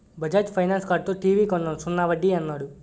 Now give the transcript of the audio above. Bajaj finance కార్డుతో TV కొన్నాను సున్నా వడ్డీ యన్నాడు